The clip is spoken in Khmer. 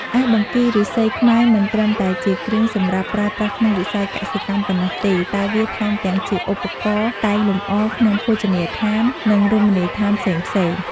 ឯបង្គីឫស្សីខ្មែរមិនត្រឹមតែជាគ្រឿងសម្រាប់ប្រើប្រាស់ក្នុងវិស័យកសិកម្មប៉ុណ្ណោះទេតែវាថែមទាំងជាឧបករណ៍តែងលម្អក្នុងភោជនីយដ្ឋាន និងរមណីយដ្ឋានផ្សេងៗ។